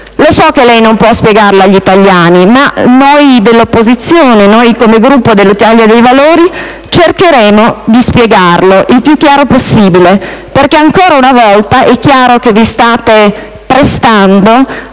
So che lei non può spiegarlo agli italiani, ma noi dell'opposizione, noi come Gruppo dell'Italia dei Valori, cercheremo di spiegarlo il più chiaro possibile, perché ancora una volta è chiaro che vi state prestando